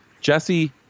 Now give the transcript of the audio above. Jesse